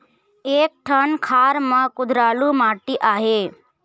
एक ठन खार म कुधरालू माटी आहे?